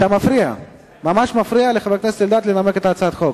אתה ממש מפריע לחבר הכנסת אלדד לנמק את הצעת החוק.